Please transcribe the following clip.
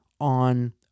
on